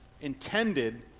intended